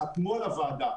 חתמו על הוועדה,